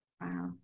Wow